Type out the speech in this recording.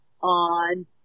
on